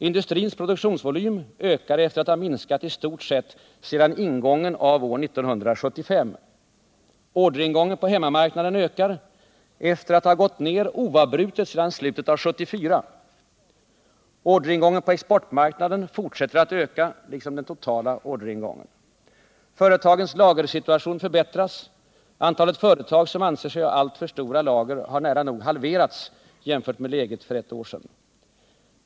Industrins produktionsvolym ökar efter att ha minskat i stort sett sedan början av 1975. Orderingången på hemmamarknaden ökar efter att ha gått ner oavbrutet sedan slutet av 1974. Orderingången på exportmarknaden fortsätter att öka liksom den totala orderingången. Företagens lagersituation förbättras. Antalet företag som anser sig ha för stora lager har nära nog halverats jämfört med läget under förra året.